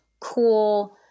cool